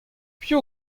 piv